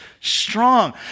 strong